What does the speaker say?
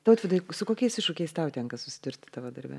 tautvydai su kokiais iššūkiais tau tenka susidurti tavo darbe